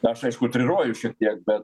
na aš aišku triruoju šiek tiek bet